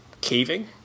caving